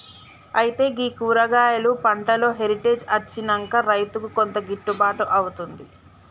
అయితే గీ కూరగాయలు పంటలో హెరిటేజ్ అచ్చినంక రైతుకు కొంత గిట్టుబాటు అవుతుంది